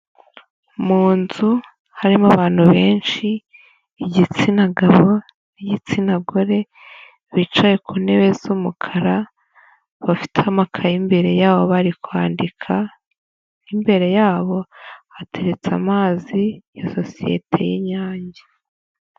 Mu nzu harimo abantu benshi, igitsina gabo n'igitsina gore, bicaye ku ntebe z'umukara, bafite amakayi imbere yabo bari kwandika n'imbere yabo hateretse amazi ya sosiyete y'inyange.